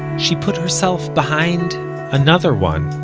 she put herself behind another one.